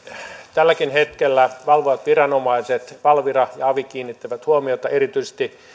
tälläkin hetkellä valvovat viranomaiset valvira ja avi kiinnittävät huomiota erityisesti